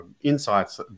insights